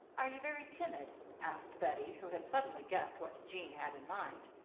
are you very timid? asked bettie, who had suddenly guessed what jean had in mind.